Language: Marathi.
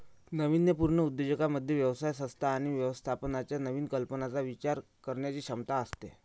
नाविन्यपूर्ण उद्योजकांमध्ये व्यवसाय संस्था आणि व्यवस्थापनाच्या नवीन कल्पनांचा विचार करण्याची क्षमता असते